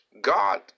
God